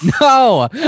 No